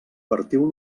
partiu